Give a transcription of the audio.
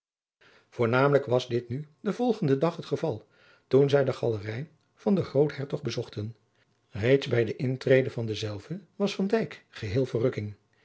voornamelijk was dit nu den volgenden dag het geadriaan loosjes pzn het leven van maurits lijnslager val toen zij de galerij van den groothertog bezochten reeds bij de intrede van dezelve was van dijk geheel verrukking